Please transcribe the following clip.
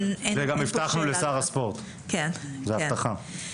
זה גם הבטחנו לשר הספורט, זו הבטחה.